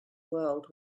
world